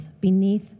beneath